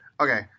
Okay